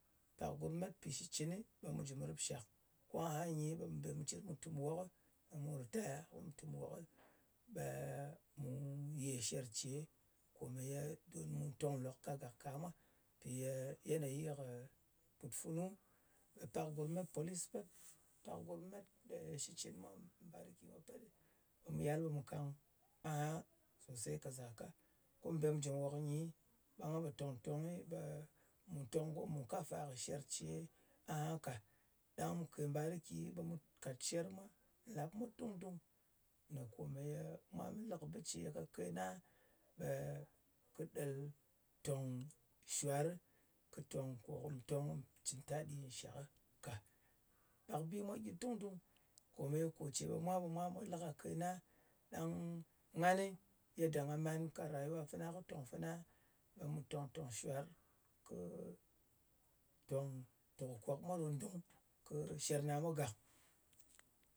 Gàk ɓe mu met pì shitcɨnɨ, ɓe mu jɨ mu rɨpshak. Ko, ahanyi ɓe mù be mu cir mu tum nwokɨ, kò mu ritaya ko mu tum nwok, ɓe, mu yè sher ce kome ye gyin ɓe mu tong nlok kagak ka mwa, mpì ye yenayi kɨ pùt funu, ɓe pàk gurm mwa met police pet. Pak gurm met ɓe yè shitcɨn mwa bariki mwa pet, ɓe mu yal ɓe mu kang aha sosey ka zaka. Ko mu bè mu jɨ nwòk nyi, ɓe mù tong ko mù kafa kɨ sher ce aha ka. Ɗang mù kè bariki, ɓe mù kàt sher mwa, nlàp mwa dung-dung lè komeye mwa lɨ kɨ bɨce kake na, ɓe kɨ ɗel tòng shwàrɨ, kɨ tòng kò kù tong kù cɨn taɗi nshak ka. Pak bi mwa gyɨ dùng-dùng, kòmèye ko ce ɓe mwa ɓe mwa lɨ kake na. Ɗang nganɨ, yedda nga man kake rayuwa fana, kɨ tòng fana, ɓe mu tòng-tòng shwarɨ, kɨ tòng tukɨkòk mwa ɗo dung kɨ sher na mwa gak.